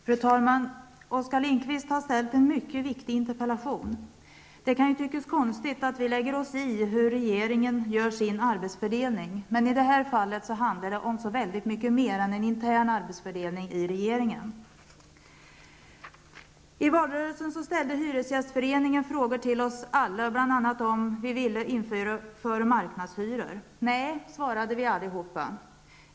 Fru talman! Oskar Lindkvist har ställt en mycket viktig interpellation. Det kan tyckas konstigt att vi lägger oss i hur regeringen gör sin arbetsfördelning, men i detta fall handlar det om mycket mer än en intern arbetsfördelning i regeringen. I valrörelsen ställde Hyresgästföreningen frågor till oss alla, bl.a. om vi ville införa marknadshyror. Nej, svarade vi allihop.